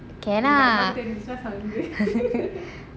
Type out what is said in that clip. can lah